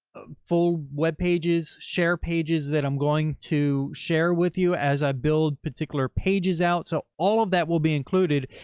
full web pages share pages that i'm going to share with you as i build particular pages out. so all of that will be included.